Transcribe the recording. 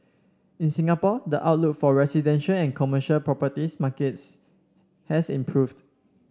in Singapore the outlook for residential and commercial property markets has improved